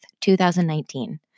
2019